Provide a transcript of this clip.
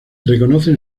reconocen